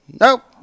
Nope